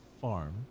farm